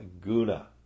guna